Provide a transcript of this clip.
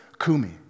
kumi